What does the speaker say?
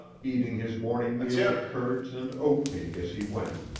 eating his morning meal of curds and oat cake as he went,